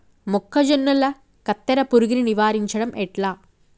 మొక్కజొన్నల కత్తెర పురుగుని నివారించడం ఎట్లా?